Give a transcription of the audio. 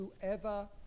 whoever